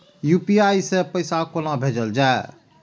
UPI सै पैसा कोना भैजल जाय?